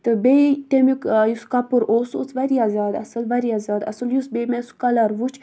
تہٕ بیٚیہِ تمیُک یُس کَپُر اوس سُہ اوس واریاہ زیادٕ اَصٕل واریاہ زیادٕ اَصٕل یُس بیٚیہِ مےٚ سُہ کَلَر وٕچھ